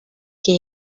que